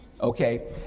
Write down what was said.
okay